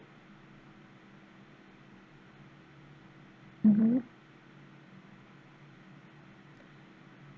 mmhmm